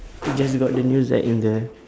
you just got the news like in the